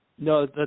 No